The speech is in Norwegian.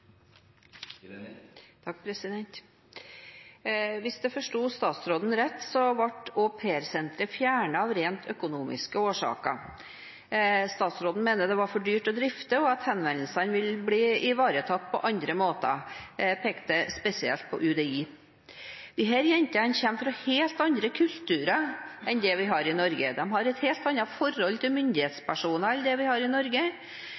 Hvis jeg forsto statsråden rett, ble aupairsenteret fjernet av rent økonomiske årsaker. Statsråden mener det var for dyrt å drifte, og at henvendelsene vil bli ivaretatt på andre måter – jeg tenker spesielt på UDI. Disse jentene kommer fra helt andre kulturer enn det vi har i Norge. De har et helt annet forhold til myndighetspersoner enn det vi har i Norge,